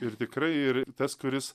ir tikrai ir tas kuris